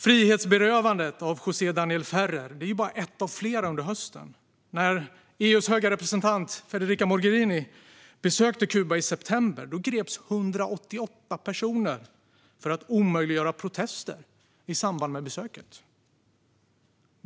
Frihetsberövandet av José Daniel Ferrer är bara ett av flera under hösten. När EU:s höga representant Federica Mogherini besökte Kuba i september greps 188 personer för att omöjliggöra protester i samband med besöket.